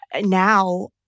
now